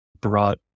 brought